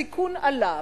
הסיכון עליו,